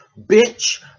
bitch